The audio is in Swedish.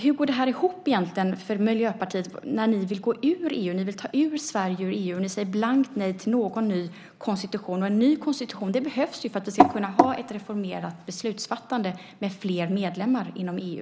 Hur går detta ihop egentligen för Miljöpartiet när ni vill gå ur EU? Ni vill ta Sverige ur EU, och ni säger blankt nej till någon ny konstitution. Och en ny konstitution behövs för att vi ska kunna ha ett reformerat beslutsfattande med fler medlemmar inom EU.